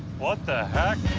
what the heck?